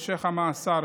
משך המאסר,